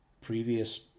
previous